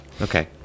okay